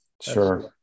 sure